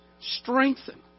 Strengthen